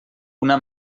una